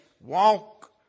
walk